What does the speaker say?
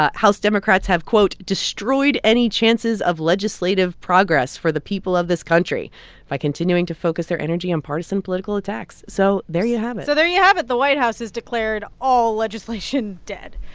ah house democrats have, quote, destroyed any chances of legislative progress for the people of this country by continuing to focus their energy on partisan political attacks. so there you have it so there you have it. the white house has declared all legislation dead